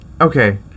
Okay